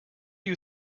you